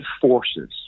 forces